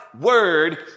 word